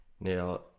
Now